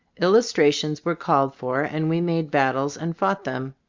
illustrations were called for, and we made battles and fought them.